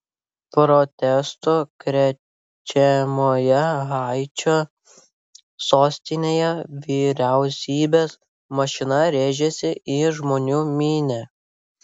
protestų krečiamoje haičio sostinėje vyriausybės mašina rėžėsi į žmonių minią